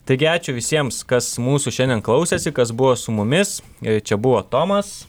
taigi ačiū visiems kas mūsų šiandien klausėsi kas buvo su mumis čia buvo tomas